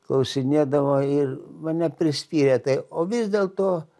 klausinėdavo ir mane prispyrė tai o vis dėlto